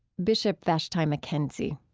bishop vashti mckenzie.